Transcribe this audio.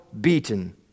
beaten